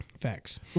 Facts